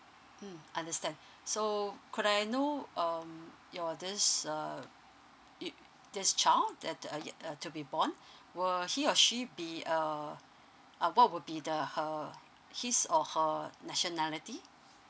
mm understand so could I know um your this err it just child that the uh yet uh to be born were he or she be err what will be the her his or her nationality